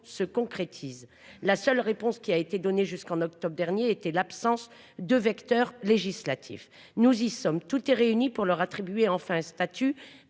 se concrétise. La seule réponse qui a été donné jusqu'en octobre dernier, était l'absence de vecteur législatif, nous y sommes tout est réuni pour leur attribuer enfin un statut